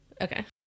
Okay